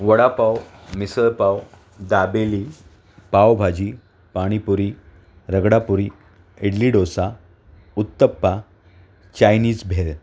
vada pav misal pav dabeli pav bhaji pani puri ragda puri idli dosa uttapam Chinese भेळ